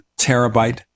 terabyte